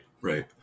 right